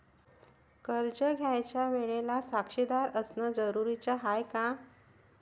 कर्ज घ्यायच्या वेळेले साक्षीदार असनं जरुरीच हाय का?